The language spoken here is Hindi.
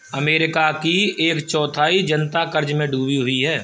अमेरिका की एक चौथाई जनता क़र्ज़ में डूबी हुई है